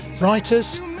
writers